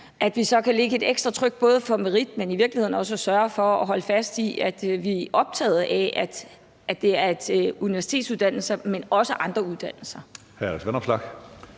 sig, så kan lægge et ekstra tryk både i forhold til merit, men i virkeligheden også i forhold til at sørge for at holde fast i, at vi er optaget af, at det er universitetsuddannelser, men også andre uddannelser.